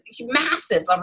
massive